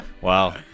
Wow